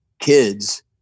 kids